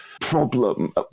problem